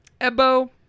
Ebo